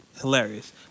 Hilarious